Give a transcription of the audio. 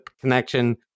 connection